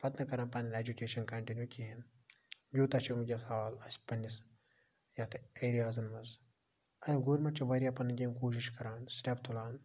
پَتہٕ نہٕ کَران پَننۍ ایٚجُکیشَن کَنٹِنیو کِہیٖنۍ یوٗتاہ چھُ وٕنکٮ۪س حال اَسہِ پَننِس یَتھ ایریازَن مَنٛز گورمنٹ چھِ واریاہ پَنٕنہِ کِن کوٗشِش کَران سٹیٚپ تُلان